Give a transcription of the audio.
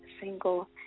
single